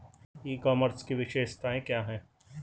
ई commerce की विशेषताएं क्या हैं?